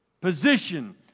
position